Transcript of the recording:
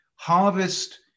Harvest